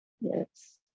yes